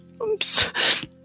Oops